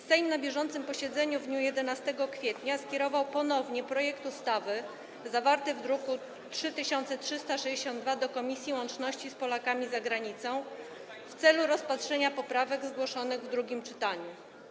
Sejm na bieżącym posiedzeniu w dniu 11 kwietnia skierował ponownie projekt ustawy zawarty w druku nr 3362 do Komisji Łączności z Polakami za Granicą w celu rozpatrzenia poprawek zgłoszonych w drugim czytaniu.